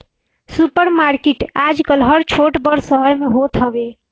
super market आजकल हर छोट बड़ शहर में होत हवे